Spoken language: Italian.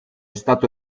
stato